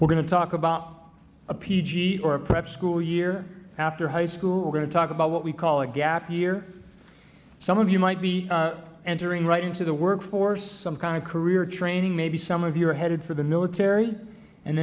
we're going to talk about a p g or a prep school year after high school going to talk about what we call a gap year some of you might be entering right into the workforce some kind of career training maybe some of you are headed for the military and